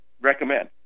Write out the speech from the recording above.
recommend